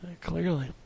Clearly